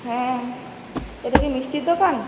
হ্যাঁ এটা কি মিষ্টির দোকান